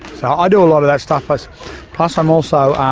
so i do a lot of that stuff. plus plus i'm also